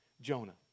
Jonah